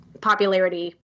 popularity